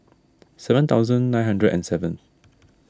seven thousand nine hundred and seven